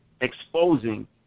exposing